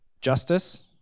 justice